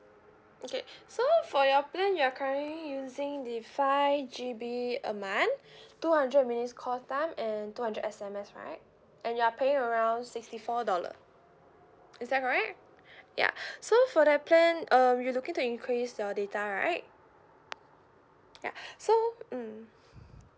okay so for your plan you are currently using the five G_B a month two hundred minute call time and two hundred S_M_S right and you are paying around sixty four dollar is that correct ya so for that plan uh you looking to increase your data right ya so mm